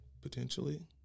Potentially